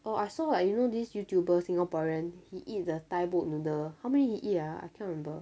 oh I saw like you know this youtuber singaporean he eat the thai boat noodle how many he eat ah I cannot remember